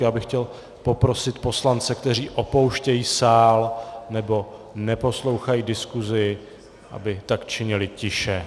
Já bych chtěl poprosit poslance, kteří opouštějí sál nebo neposlouchají diskusi, aby tak činili tiše.